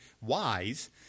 wise